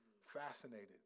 fascinated